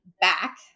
back